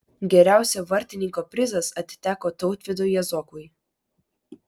geriausio vartininko prizas atiteko tautvydui jazokui